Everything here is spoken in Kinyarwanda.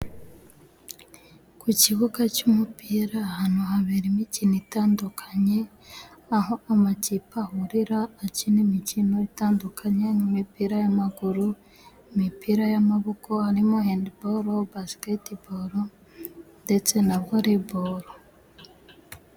Ku kibuga cy'umupira ahantu habera imikino itandukanye, aho amakipe ahurira akina imikino itandukanye, nk'imipira y'amaguru, imipira y'amaboko, ariyo handi bolo, basiketi bolo, ndetse na vole bolo.